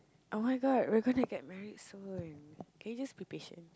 oh-my-god we're gonna get married soon can you just be patient